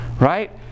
right